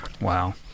Wow